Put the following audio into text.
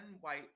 white